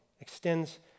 extends